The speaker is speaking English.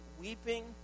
weeping